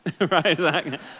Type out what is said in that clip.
Right